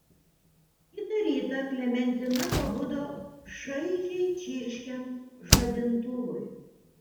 kitą rytą klementina pabudo šaižiai čirškiant žadintuvui